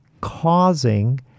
causing